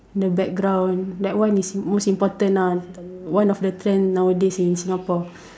the background that one is most important lah one of the trends nowadays in Singapore